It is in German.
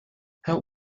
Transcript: herr